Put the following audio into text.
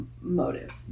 Motive